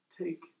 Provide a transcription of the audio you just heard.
take